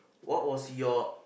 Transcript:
what was your